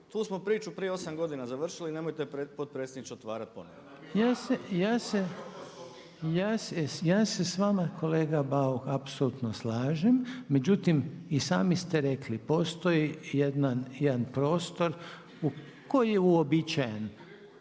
Tu smo priču prije 8 godina završili i nemojte je potpredsjedniče otvarati ponovno. **Reiner, Željko (HDZ)** Ja se s vama kolega Bauk apsolutno slažem, međutim i sami ste rekli postoji jedan prostor koji je uobičajen